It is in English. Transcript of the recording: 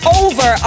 over